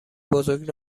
بزرگ